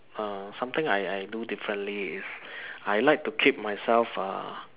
err something I I do differently is I like to keep myself uh